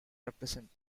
represent